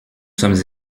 sommes